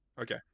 Okay